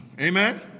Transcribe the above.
Amen